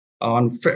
on